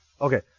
okay